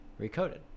Recoded